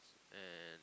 and